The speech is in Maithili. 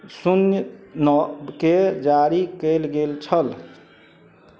शून्य नओके जारी कएल गेल छल